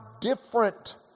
different